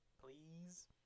please